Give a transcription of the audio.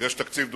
תקציב דו-שנתי,